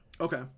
Okay